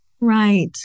Right